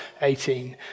18